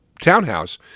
Townhouse